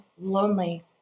lonely